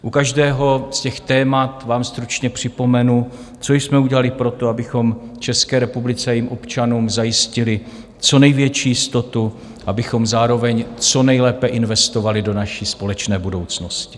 U každého z těch témat vám stručně připomenu, co jsme udělali pro to, abychom České republice a jejím občanům zajistili co největší jistotu, abychom zároveň co nejlépe investovali do naší společné budoucnosti.